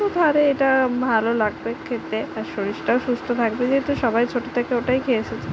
তো তাহলে এটা ভালো লাগবে খেতে আর শরীরটাও সুস্থ থাকবে যেহেতু সবাই ছোটো থেকে ওটাই খেয়ে এসেছে